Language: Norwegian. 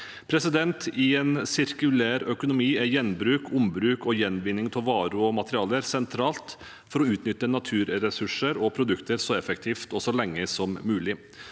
lever i. I en sirkulær økonomi er gjenbruk, ombruk og gjenvinning av varer og materialer sentralt for å utnytte naturressurser og produkter så effektivt og så lenge som mulig.